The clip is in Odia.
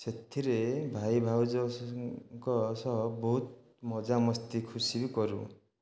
ସେଥିରେ ଭାଇ ଭାଉଜଙ୍କ ସହ ବହୁତ ମଜା ମସ୍ତି ଖୁସି କରୁ